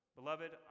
beloved